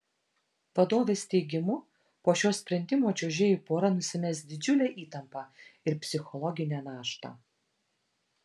vadovės teigimu po šio sprendimo čiuožėjų pora nusimes didžiulę įtampą ir psichologinę naštą